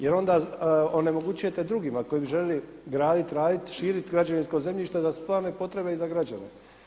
Jer onda onemogućujete drugima koji bi željeli graditi, raditi, širiti građevinsko zemljište za stvarne potrebe i za građane.